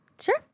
Sure